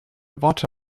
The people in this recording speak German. worte